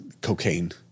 cocaine